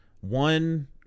One